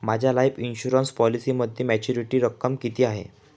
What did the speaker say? माझ्या life insurance पॉलिसीमध्ये maturity रक्कम किती आहे?